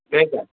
त्यही त